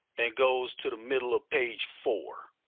and goes to the middle of page four.